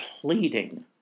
pleading